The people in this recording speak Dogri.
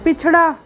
पिछड़ा